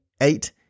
Eight